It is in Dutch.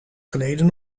geleden